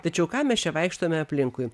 tačiau ką mes čia vaikštome aplinkui